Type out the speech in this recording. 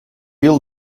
yıl